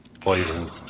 Poison